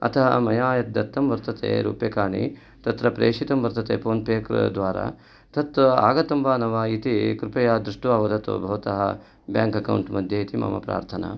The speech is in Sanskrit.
अतः मया यत् दत्तं वर्तते रूप्यकाणि तत्र प्रेषितं वर्तते फ़ोन् पे द्वारा तत् आगतं वा न वा इति कृपया दृष्ट्वा वदतु भवतः बेङ्क् अकौण्ट् मध्ये इति मम प्रार्थना